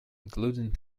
including